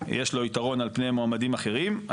יש לו יתרון על פני מועמדים אחרים.